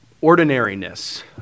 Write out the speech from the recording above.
ordinariness